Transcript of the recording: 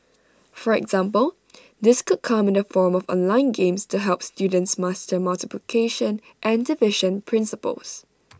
for example this could come in the form of online games to help students master multiplication and division principles